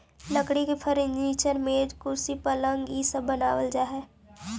लकड़ी के फर्नीचर, मेज, कुर्सी, पलंग इ सब बनावल जा हई